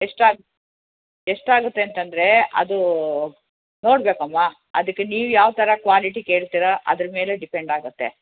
ಎಷ್ಟಾಗಿ ಎಷ್ಟಾಗುತ್ತೆ ಅಂತಂದರೇ ಅದು ನೋಡಬೇಕಮ್ಮ ಅದಕ್ಕೆ ನೀವು ಯಾವ ಥರ ಕ್ವಾಲಿಟಿ ಕೇಳ್ತೀರಾ ಅದ್ರ ಮೇಲೆ ಡಿಪೆಂಡ್ ಆಗುತ್ತೆ